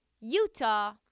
Utah